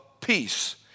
peace